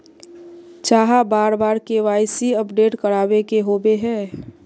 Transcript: चाँह बार बार के.वाई.सी अपडेट करावे के होबे है?